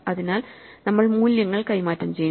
അതിനാൽ നമ്മൾ മൂല്യങ്ങൾ കൈമാറ്റം ചെയ്യുന്നു